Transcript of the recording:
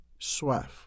soif